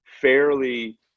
fairly